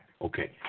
okay